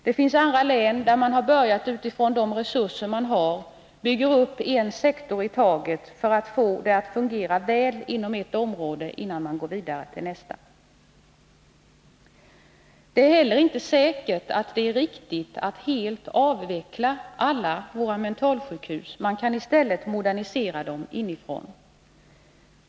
Det finns andra län där man börjat utifrån de resurser man har och byggt upp en sektor i taget för att få det att fungera väl inom ett område innan man går vidare till nästa. Det är heller inte säkert att det är riktigt att helt avveckla alla våra mentalsjukhus. Man kan i stället modernisera dem inifrån.